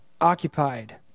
occupied